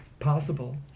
possible